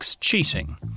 cheating